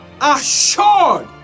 assured